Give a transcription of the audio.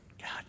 God